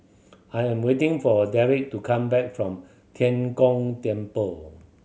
I'm waiting for Dereck to come back from Tian Kong Temple